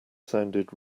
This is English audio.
sounded